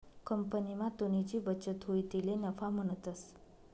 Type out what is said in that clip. कंपनीमा तुनी जी बचत हुई तिले नफा म्हणतंस